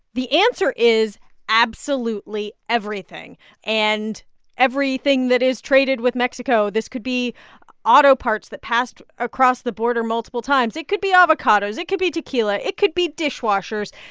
the answer is absolutely everything and everything that is traded with mexico. this could be auto parts that passed across the border multiple times. it could be avocados. it could be tequila. it could be dishwashers.